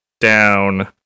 down